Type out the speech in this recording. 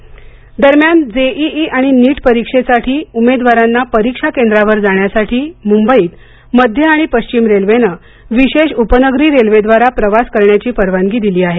जे E E NEET परीक्षा दरम्यान जे ई ई आणि नीट परीक्षेसाठी उमेदवारांना परीक्षा केंद्रावर जाण्यासाठी मुंबईत मध्य आणि पश्चिम रेल्वेने विशेष उपनगरी रेल्वेद्वारा प्रवास करण्याची परवानगी दिली आहे